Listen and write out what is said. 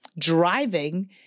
driving